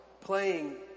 playing